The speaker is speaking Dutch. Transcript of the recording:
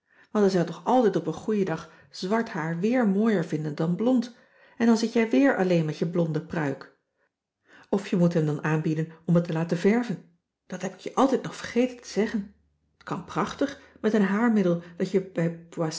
want hij zal toch altijd op n goeien dag zwart haar weer mooier vinden dan blond en dan zit jij weer alleen met je blonde pruik of je moet hem dan aanbieden om het te laten verven dat heb ik je altijd nog vergeten te zeggen t kan prachtig met een haarmidddel dat je